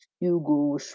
Hugo